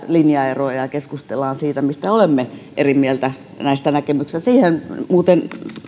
linjaeroja ja ja keskustellaan siitä mistä olemme eri mieltä näistä näkemyksistä siihen muuten